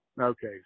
Okay